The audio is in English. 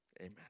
Amen